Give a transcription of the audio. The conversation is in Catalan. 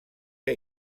que